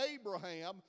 Abraham